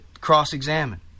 cross-examine